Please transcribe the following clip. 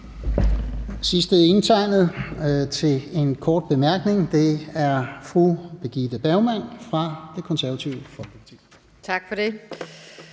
sidste indtegnede til en kort bemærkning er fru Birgitte Bergman fra Det Konservative Folkeparti.